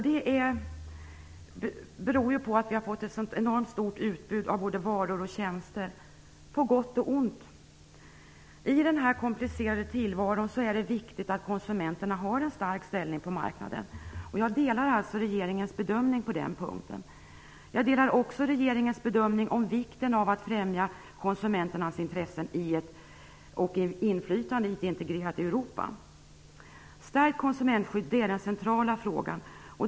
Detta beror på att vi har fått ett enormt stort utbud av både varor och tjänster - på gott och ont. I den här komplicerade tillvaron är det viktigt att konsumenterna har en stark ställning på marknaden. Jag delar alltså regeringens bedömning på den punkten. Jag delar också regeringens bedömning när det gäller vikten av att främja konsumenternas intressen och inflytande i ett integrerat Europa. Stärkt konsumentskydd är den centrala frågan.